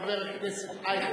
ואחריו, חבר הכנסת אייכלר,